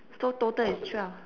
so total is twelve